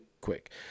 quick